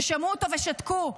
ששמעו אותו ושתקו?